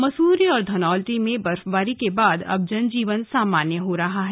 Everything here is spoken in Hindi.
मसूरी और धनोल्टी में बर्फबारी के बाद अब जनजीवन सामान्य हो रहा है